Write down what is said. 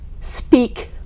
speak